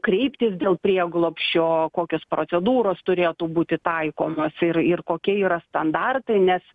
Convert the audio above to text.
kreiptis dėl prieglobsčio kokios procedūros turėtų būti taikomos ir ir kokie yra standartai nes